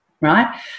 right